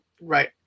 right